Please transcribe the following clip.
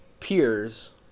peers